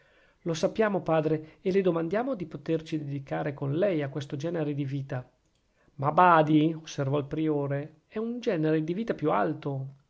lo sappiamo padre e le domandiamo di poterci dedicare con lei a questo genere di vita ma badi osservò il priore è un genere di vita più alto